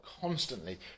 Constantly